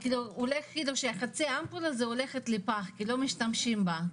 במקרה של חצי אמפולה זה הולך לפח כי לא משתמשים בה.